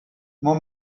mon